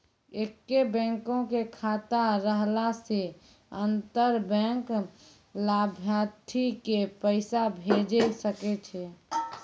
एक्के बैंको के खाता रहला से अंतर बैंक लाभार्थी के पैसा भेजै सकै छै